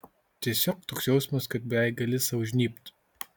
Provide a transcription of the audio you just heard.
tiesiog toks jausmas kad beveik gali sau žnybt